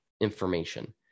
information